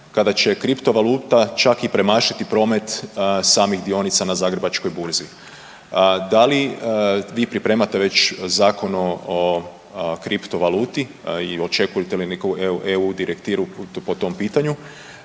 kada će kriptovaluta čak i premašiti promet samih dionica na Zagrebačkoj burzi. Da li vi pripremate već Zakon o kriptovaluti i očekujete li neku eu direktivu po tom pitanju